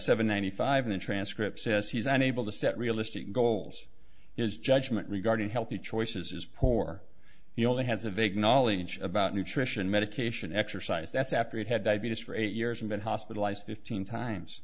seven ninety five in the transcript says he's unable to set realistic goals his judgment regarding healthy choices is poor or he only has a vague knowledge about nutrition medication exercise that's after it had diabetes for eight years and been hospitalized fifteen times